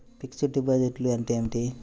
Fixed డిపాజిట్లు అంటే ఏమిటి?